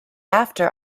after